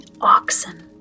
oxen